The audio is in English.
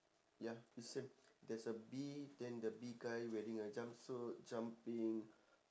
ya it's same there's a bee then the bee guy wearing a jumpsuit jumping